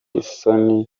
isoni